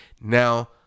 now